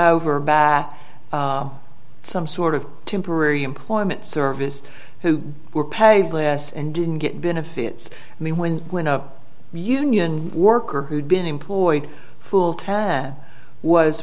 over back some sort of temporary employment service who were paid less and didn't get benefits i mean when when a union worker who'd been employed fool tan was